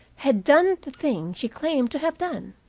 had done the thing she claimed to have done.